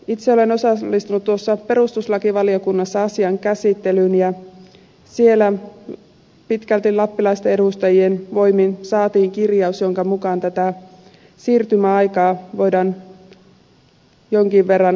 itse olen osallistunut perustuslakivaliokunnassa asian käsittelyyn ja siellä pitkälti lappilaisten edustajien voimin saatiin kirjaus jonka mukaan tätä siirtymäaikaa voidaan jonkin verran pidentää